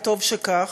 וטוב שכך,